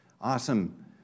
awesome